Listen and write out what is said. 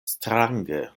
strange